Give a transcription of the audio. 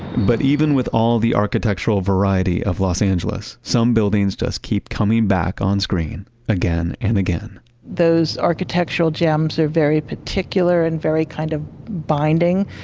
but even with all the architectural variety of los angeles, some buildings just keep coming back on screen again and again those architectural gems are very particular and very kind of binding.